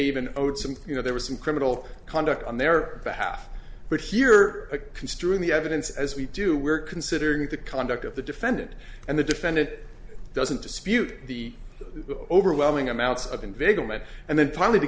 some you know there was some criminal conduct on their behalf but here a construe in the evidence as we do we're considering the conduct of the defendant and the defendant doesn't dispute the overwhelming amount of investment and then finally to